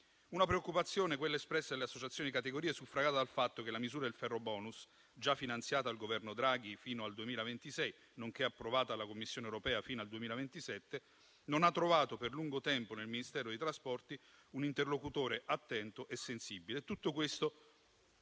Una preoccupazione, quella espressa dalle associazioni di categoria, suffragata dal fatto che la misura del ferrobonus, già finanziata dal Governo Draghi fino al 2026, nonché approvata dalla Commissione europea fino al 2027, non ha trovato per lungo tempo nel Ministero dei trasporti un interlocutore attento e sensibile.